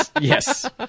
yes